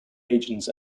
agents